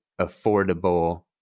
affordable